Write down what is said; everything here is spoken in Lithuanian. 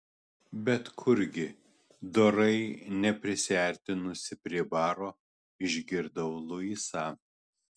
bet kurgi dorai neprisiartinusi prie baro išgirdau luisą